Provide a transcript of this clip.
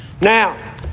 Now